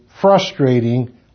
frustrating